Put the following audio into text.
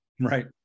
right